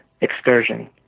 excursion